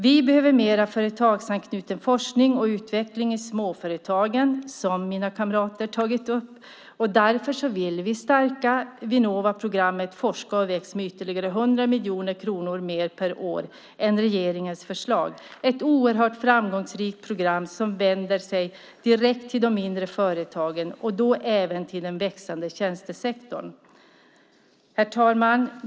Vi behöver mer företagsanknuten forskning och utveckling i småföretagen, vilket mina kamrater har tagit upp. Därför vill vi stärka Vinnovaprogrammet Forska och Väx med 100 miljoner kronor mer per år än regeringens förslag. Det är ett oerhört framgångsrikt program som vänder sig direkt till de mindre företagen, även till den växande tjänstesektorn. Herr talman!